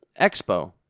expo